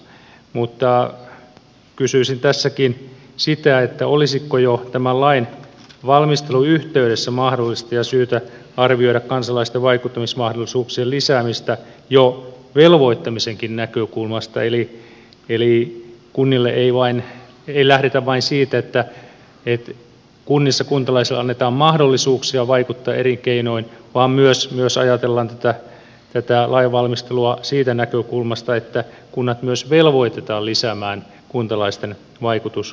mutta kysyisin tässäkin sitä olisiko jo tämän lainvalmistelun yh teydessä mahdollista ja syytä arvioida kansalaisten vaikuttamismahdollisuuksien lisäämistä jo velvoittamisenkin näkökulmasta eli ei lähteä vain siitä että kunnissa kuntalaisille annetaan mahdollisuuksia vaikuttaa eri keinoin vaan myös ajatella tätä lainvalmistelua siitä näkökulmasta että kunnat myös velvoitetaan lisäämään kuntalaisten vaikutusmahdollisuuksia